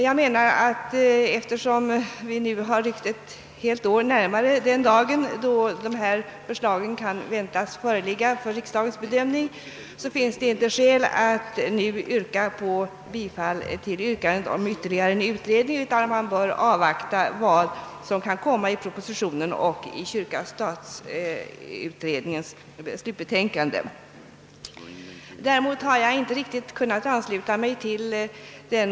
Jag menar, att eftersom vi nu ryckt ett helt år närmare den dag, då dessa förslag kan väntas föreligga för riksdagens bedömning, finns det inte anledning att yrka bifall till förslaget om ytterligare en. utredning, utan vi bör avvakta vad som kan komma att föreslås i denna proposition, och i slutbetänkandet från utredningen kyrka—stat. Däremot har jag inte kunnat ansluta mig till den.